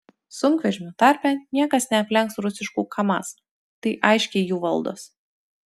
sunkvežimių tarpe niekas neaplenks rusiškų kamaz tai aiškiai jų valdos